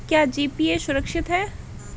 क्या जी.पी.ए सुरक्षित है?